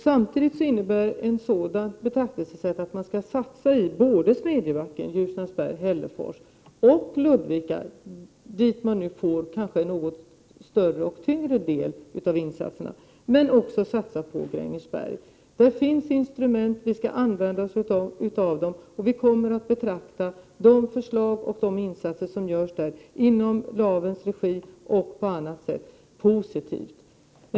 Samtidigt innebär ett sådant betraktelsesätt att satsningar måste göras också i Smedjebacken, Ljusnarsberg, Hällefors och Ludvika — där nu kanske något större och tyngre satsningar kommer att göras. Men det gäller också, som sagt, att satsa på Grängesberg. Där finns det instrument, och dessa skall vi använda oss av. Vi kommer även att se positivt på förslag och insatser när det gäller Grängesberg, i Lavens regi eller på annat sätt.